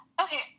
Okay